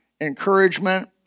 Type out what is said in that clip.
encouragement